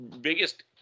biggest